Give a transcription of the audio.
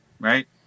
right